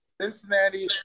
Cincinnati